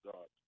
God